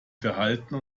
verhalten